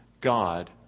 God